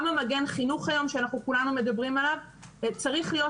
גם מגן חינוך שכולנו מדברים עליו צריך להיות